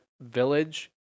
Village